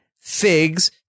figs